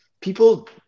people –